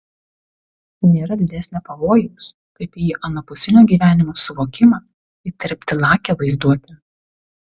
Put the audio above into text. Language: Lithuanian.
nėra didesnio pavojaus kaip į anapusinio gyvenimo suvokimą įterpti lakią vaizduotę